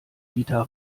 dieter